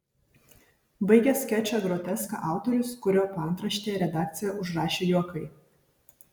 baigia skečą groteską autorius kurio paantraštėje redakcija užrašė juokai